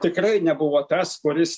tikrai nebuvo tas kuris